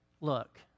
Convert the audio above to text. Look